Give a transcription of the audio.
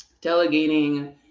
Delegating